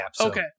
Okay